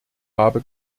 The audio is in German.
habe